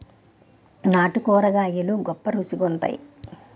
నాటు కూరగాయలు గొప్ప రుచి గుంత్తై